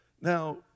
Now